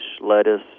lettuce